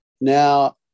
Now